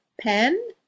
pen